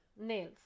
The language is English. nails